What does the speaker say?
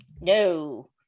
No